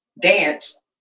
dance